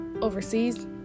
overseas